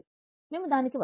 మేము దానికి వస్తాము